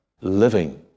living